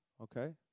Okay